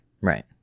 Right